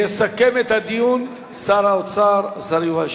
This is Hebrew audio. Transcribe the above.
יסכם את הדיון שר האוצר, השר יובל שטייניץ.